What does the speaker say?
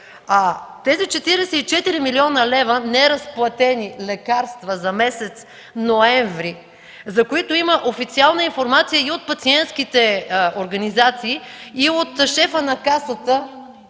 Тези 44 млн. лв. – неразплатени лекарства за месец ноември, за които има официална информация и от пациентските организации и от шефа на Касата